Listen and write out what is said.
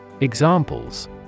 examples